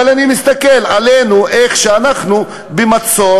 אבל אני מסתכל עלינו איך אנחנו במצור